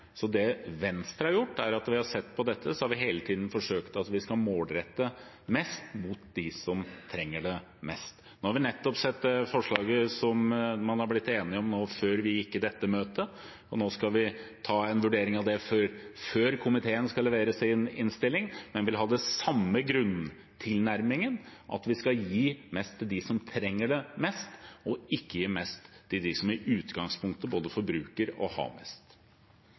så det Venstre har gjort når vi har sett på dette, er at vi hele tiden har forsøkt å målrette det mest mot dem som trenger det mest. Nå har vi nettopp sett forslaget som man har blitt enig om før vi gikk i dette møtet. Nå skal vi ta en vurdering av det før komiteen skal levere sin innstilling, men vi vil ha den samme grunntilnærmingen: at vi skal gi mest til dem som trenger det mest, og ikke gi mest til dem som i utgangspunktet både forbruker og har mest.